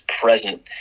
present